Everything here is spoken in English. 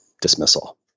dismissal